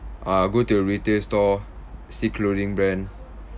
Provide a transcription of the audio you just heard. I'll go to a retail store see clothing brand